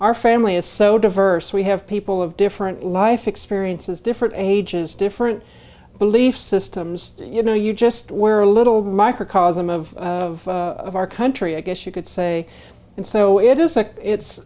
our family is so diverse we have people of different life experiences different ages different belief systems you know you just were a little microcosm of of our country i guess you could say and so it is like it's